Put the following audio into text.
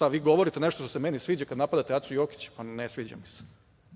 Jel vi govorite nešto što se meni sviđa kad napadate Acu Jokića? Ne sviđa mi se,